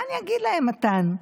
מה אני אגיד להם, מתן?